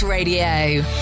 Radio